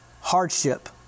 hardship